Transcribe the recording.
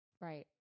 right